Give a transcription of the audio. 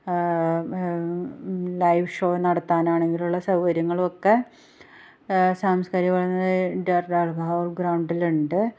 live show നടത്താനാണെങ്കിലും ഉള്ള സൗകര്യങ്ങളൊക്കെ സാംസ്കാരിക ഹാൾ ഗ്രൗണ്ടിലുണ്ട്